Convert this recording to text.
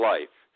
Life